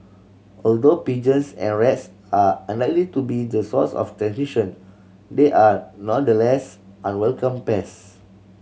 although pigeons and rats are unlikely to be the source of transmission they are nonetheless unwelcome pest